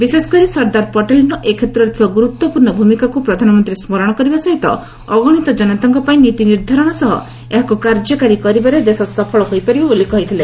ବିଶେଷକରି ସର୍ଦ୍ଦାର ପଟେଲ୍ଙ୍କ ଏ କ୍ଷେତ୍ରରେ ଥିବା ଗୁରୁତ୍ୱପୂର୍୍ଷ ଭୂମିକାକୁ ପ୍ରଧାନମନ୍ତ୍ରୀ ସ୍କରଣ କରିବା ସହିତ ଅଗଣିତ ଜନତାଙ୍କ ପାଇଁ ନୀତି ନିର୍ଦ୍ଧାରଣ ସହ ଏହାକୁ କାର୍ଯ୍ୟକାରୀ କରିବାରେ ଦେଶ ସଫଳ ହୋଇପାରିବ ବୋଲି କହିଛନ୍ତି